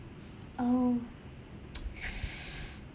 oh